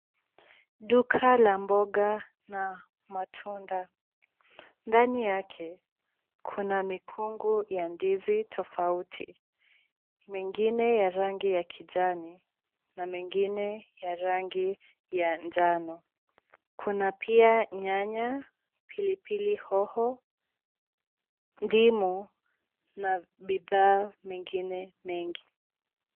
Duka la mboga na matunda. Ndani yake kuna mikungu ya ndizi tofauti mengine ya rangi ya kijani na mengine ya rangi ya njano. Kuna pia nyanya, pilipili hoho, ndimu na bidhaa mengine mengi.